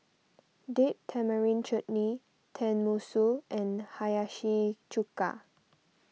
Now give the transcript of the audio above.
Date Tamarind Chutney Tenmusu and Hiyashi Chuka